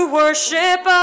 worship